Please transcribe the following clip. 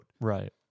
Right